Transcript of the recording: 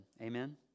Amen